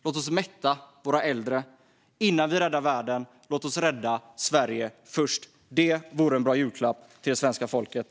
Låt oss först rädda Sverige innan vi räddar världen. Detta vore en bra julklapp till svenska folket.